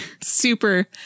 super